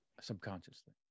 Subconsciously